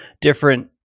different